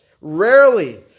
rarely